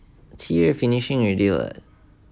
七月 finishing already [what]